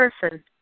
person